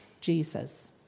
Jesus